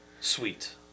Sweet